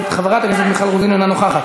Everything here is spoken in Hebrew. חבר הכנסת יוסי יונה, אינו נוכח.